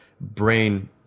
brain